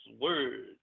Words